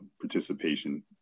participation